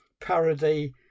parody